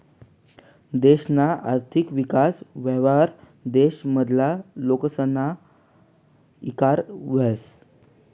देशना आर्थिक विकास व्हवावर देश मधला लोकसना ईकास व्हस